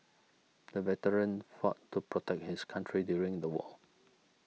the veteran fought to protect his country during the war